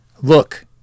Look